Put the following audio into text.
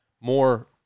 more